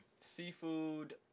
Seafood